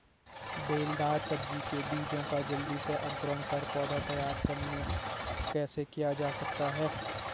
बेलदार सब्जी के बीजों का जल्दी से अंकुरण कर पौधा तैयार कैसे किया जा सकता है?